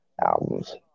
albums